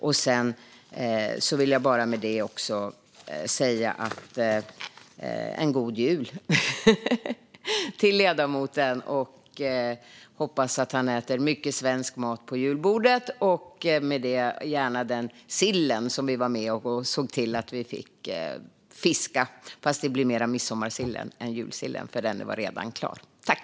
Låt mig till sist önska ledamoten god jul. Jag hoppas att han har mycket svensk mat på julbordet, och gärna den sill vi var med och såg till att vi får fiska - fast det blir nog mer midsommarsill än julsill, för julsillen är redan fiskad.